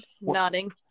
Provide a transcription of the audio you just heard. nodding